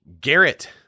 Garrett